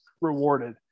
rewarded